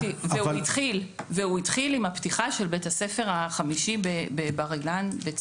והוא התחיל עם פתיחת בית הספר החמישי בבר אילן בצפת.